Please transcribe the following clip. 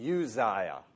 Uzziah